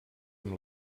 amb